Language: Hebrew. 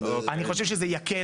אני חושב שזה יקל.